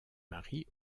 marie